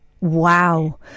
Wow